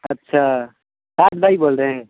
اچھا صاد بھائی بول رہے ہیں